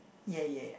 ya ya